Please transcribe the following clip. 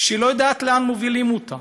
שלא יודעת לאן מובילים אותה.